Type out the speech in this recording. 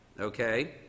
okay